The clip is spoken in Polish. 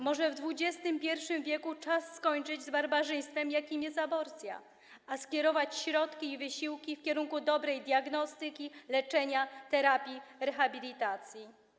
Może w XXI w. czas skończyć z barbarzyństwem, jakim jest aborcja, a skierować środki i wysiłki w kierunku dobrej diagnostyki, leczenia, terapii, rehabilitacji.